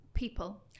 People